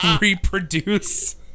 reproduce